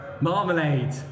Marmalade